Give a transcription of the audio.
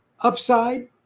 Upside